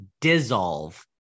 dissolve